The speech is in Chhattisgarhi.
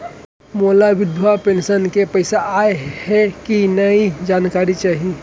मोला विधवा पेंशन के पइसा आय हे कि नई जानकारी चाही?